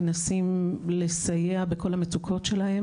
מנסים לסייע בכל המצוקות שלהם,